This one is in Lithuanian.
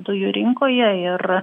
dujų rinkoje ir